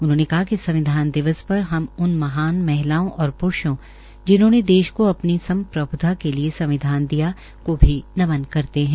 उन्होंने कहा कि संविधान दिवस पर हम उन महान महिलाओं और प्रुषों जिन्होंने देश को अपनी सम्प्रभुता के लिए संविधान दिया को भी नमन करते हैं